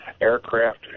aircraft